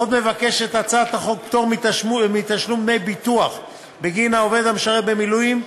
עוד מבקשת הצעת החוק פטור מתשלום דמי ביטוח בגין העובד המשרת במילואים,